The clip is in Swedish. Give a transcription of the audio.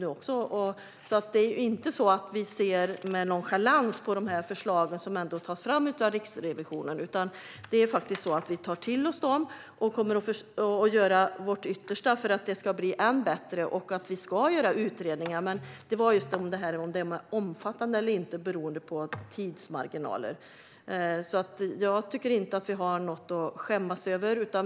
Det är alltså inte så att vi ser med nonchalans på de förslag som tas fram av Riksrevisionen. Det är faktiskt så att vi tar till oss dem och kommer att göra vårt yttersta för att det ska bli än bättre, och vi ska göra utredningar. Men det gällde just detta - om det är omfattande eller inte beroende på tidsmarginaler. Jag tycker inte att vi har något att skämmas över.